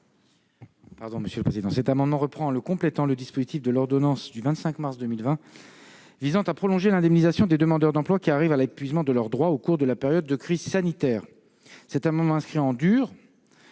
parole est à M. le ministre. Cet amendement reprend, en le complétant, le dispositif de l'ordonnance du 25 mars 2020 visant à prolonger l'indemnisation des demandeurs d'emploi qui arrivent à l'épuisement de leurs droits au cours de la période de crise sanitaire. Cet amendement inscrit en dur